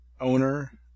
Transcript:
owner